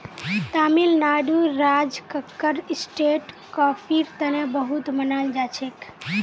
तमिलनाडुर राज कक्कर स्टेट कॉफीर तने बहुत मनाल जाछेक